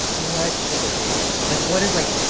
what should they do? like what is, like,